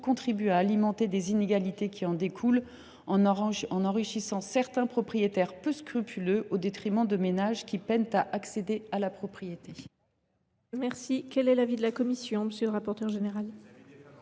contribuent à alimenter les inégalités qui en découlent, en enrichissant certains propriétaires peu scrupuleux au détriment de ménages qui peinent à accéder à la propriété.